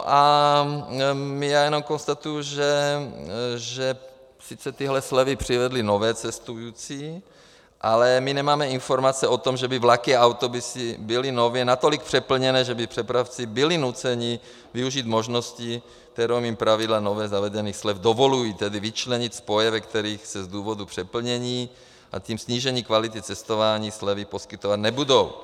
A já jenom konstatuji, že sice tyhle slevy přivedly nové cestující, ale my nemáme informace o tom, že by vlaky a autobusy byly nově natolik přeplněné, že by přepravci byli nuceni využít možnosti, kterou jim pravidla nově zavedených slev dovolují, tedy vyčlenit spoje, ve kterých se z důvodu přeplnění, a tím snížením kvality cestování slevy poskytovat nebudou.